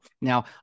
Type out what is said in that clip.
Now